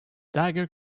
dagger